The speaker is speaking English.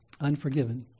Unforgiven